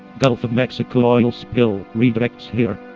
gulf of mexico oil spill redirects here.